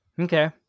Okay